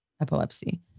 epilepsy